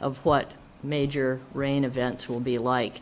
of what major rain events will be like